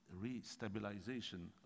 re-stabilization